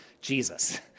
Jesus